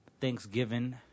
Thanksgiving